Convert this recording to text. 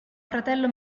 fratello